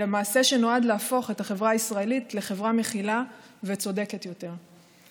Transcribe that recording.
אלא מעשה שנועד להפוך את החברה הישראלית לחברה מכילה וצודקת יותר.